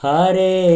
Hare